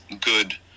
good